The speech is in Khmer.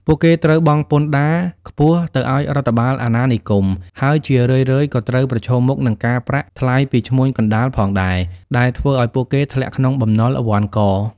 ពួកគេត្រូវបង់ពន្ធដារខ្ពស់ទៅឱ្យរដ្ឋបាលអាណានិគម ហើយជារឿយៗក៏ត្រូវប្រឈមមុខនឹងការប្រាក់ថ្លៃពីឈ្មួញកណ្ដាលផងដែរ ដែលធ្វើឱ្យពួកគេធ្លាក់ក្នុងបំណុលវ័ណ្ឌក។